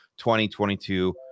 2022